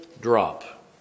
drop